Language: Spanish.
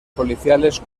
policiales